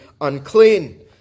unclean